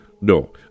No